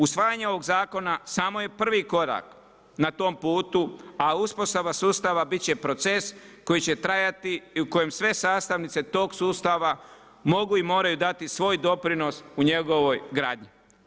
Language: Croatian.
Usvajanje ovog zakona samo je prvi korak na tom putu, a uspostava sustava biti će proces koji će trajati i u kojem sve sastavnice tog sustava mogu i moraju dati svoj doprinos u njegovoj gradnji.